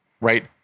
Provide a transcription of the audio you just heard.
right